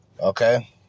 Okay